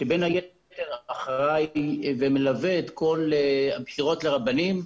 שבין היתר אחראי ומלווה את כל הבחירות לרבנים,